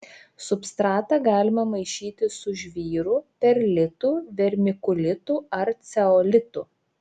substratą galima maišyti su žvyru perlitu vermikulitu ar ceolitu